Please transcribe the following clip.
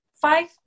five